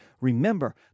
Remember